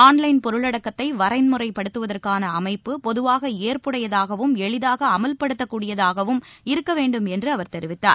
online பொருளடக்கத்தை வரண்முறைப்படுத்துவதற்கான அமைப்பு பொதுவாக ஏற்புடையதாகவும் எளிதாக அமல்படுத்தக்கூடியதாகவும் இருக்க வேண்டும் என்று அவர் தெரிவித்தார்